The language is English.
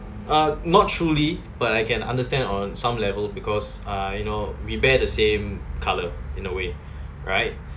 uh not truly but I can understand on some level because uh you know we bear the same colour in a way right